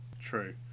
True